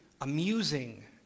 amusing